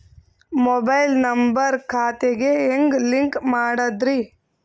Mobile number ಖಾತೆ ಗೆ ಹೆಂಗ್ ಲಿಂಕ್ ಮಾಡದ್ರಿ?